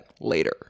later